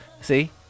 See